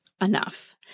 enough